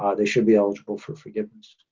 ah they should be eligible for forgiveness.